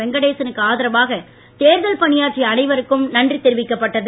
வெங்கடேசனுக்கு ஆதரவாக தேர்தல் பணியாற்றிய அனைவருக்கும் நன்றி தெரிவிக்கப்பட்டது